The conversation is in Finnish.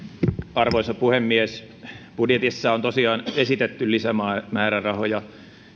arvoisa puhemies budjetissa on tosiaan esitetty lisämäärärahoja